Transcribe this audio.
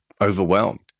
overwhelmed